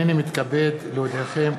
הנני מתכבד להודיעכם,